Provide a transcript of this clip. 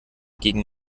gegen